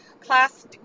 class